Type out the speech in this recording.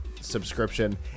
subscription